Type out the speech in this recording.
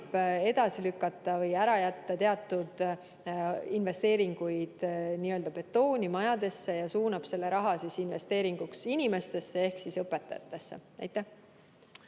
edasi lükata või ära jätta teatud investeeringuid n-ö betooni, majadesse, ja suunab selle raha investeeringuks inimestesse ehk õpetajatesse. Aitäh!